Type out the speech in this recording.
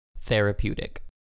Therapeutic